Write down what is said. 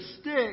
stick